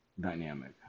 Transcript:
dynamic